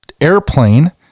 airplane